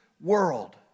world